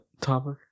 topic